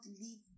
leave